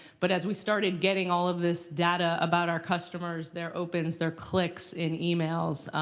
but as we started getting all of this data about our customers, their opens, their clicks in emails,